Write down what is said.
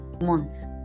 months